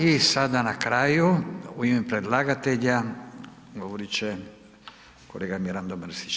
I sada na kraju u ime predlagatelja govorit će kolega Mirando Mrsić.